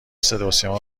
صداسیما